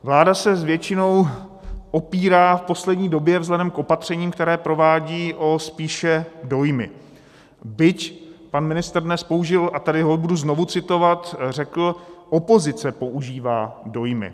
Vláda se s většinou opírá v poslední době vzhledem k opatřením, která provádí, spíše o dojmy, byť pan ministr dnes použil a tady ho budu znovu citovat řekl: opozice používá dojmy.